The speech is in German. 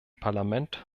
parlament